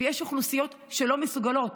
ויש אוכלוסיות שלא מסוגלות,